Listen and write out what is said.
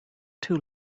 two